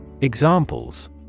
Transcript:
Examples